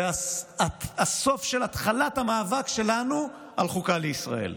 זה הסוף של התחלת המאבק שלנו על חוקה לישראל.